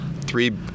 three